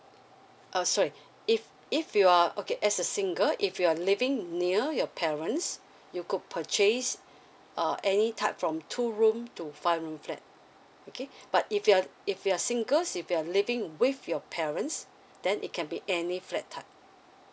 uh sorry if if you are okay as a single if you're living near your parents you could purchase uh any type from two room to five room flat okay but if you are if you are singles if you're living with your parents then it can be any flat type